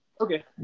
Okay